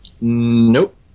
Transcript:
Nope